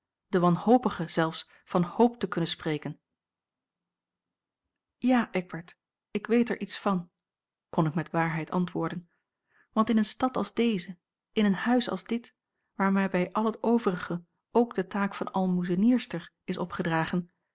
den wanhopige zelfs van hoop te kunnen spreken ja eckbert ik weet er iets van kon ik met waarheid antwoorden want in eene stad als deze in een huis als dit waar mij bij al het overige ook de taak van aalmoezenierster is opgedragen